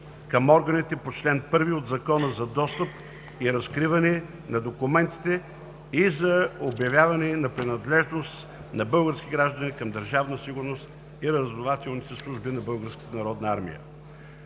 към органите по чл. 1 от Закона за достъп и разкриване на документите и за обявяване на принадлежност на български граждани към Държавна сигурност и Разузнавателните служби на